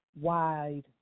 wide